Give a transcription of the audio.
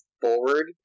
forward